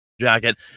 jacket